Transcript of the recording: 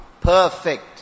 perfect